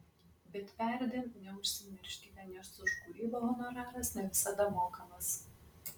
bet perdėm neužsimirškite nes už kūrybą honoraras ne visada mokamas